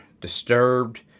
Disturbed